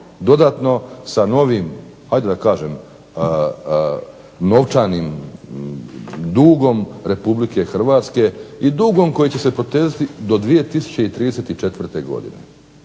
dodatno sa novim ajde da kažem novčanim dugom Republike Hrvatske i dugom koji će se protezati do 2034. godine,